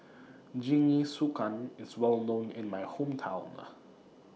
Jingisukan IS Well known in My Hometown